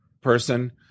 person